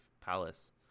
Palace